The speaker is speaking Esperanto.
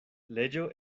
leĝo